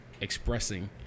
expressing